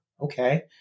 Okay